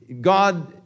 God